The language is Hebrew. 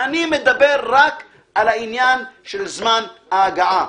אני מדבר רק על העניין של זמן ההגעה.